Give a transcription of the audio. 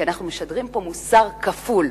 כי אנחנו משדרים פה מוסר כפול.